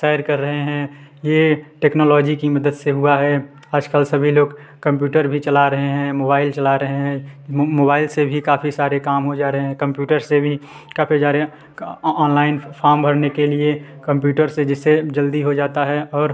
सैर कर रहे हैं यह टेक्नोलॉजी की मदद से हुआ है आज कल सभी लोग कम्प्यूटर भी चला रहे हैं मोबाइल चला रहे हैं मोबाइल से भी काफ़ी सारे काम हो जा रहे हैं कम्प्यूटर से भी काफ़ी हो जा रए हैं ऑनलाइन फ़ॉम भरने के लिए कम्प्यूटर से जिससे जल्दी हो जाता है और